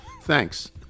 Thanks